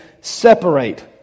separate